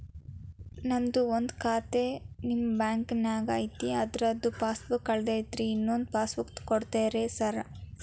ನಂದು ಒಂದು ಖಾತೆ ನಿಮ್ಮ ಬ್ಯಾಂಕಿನಾಗ್ ಐತಿ ಅದ್ರದು ಪಾಸ್ ಬುಕ್ ಕಳೆದೈತ್ರಿ ಇನ್ನೊಂದ್ ಪಾಸ್ ಬುಕ್ ಕೂಡ್ತೇರಾ ಸರ್?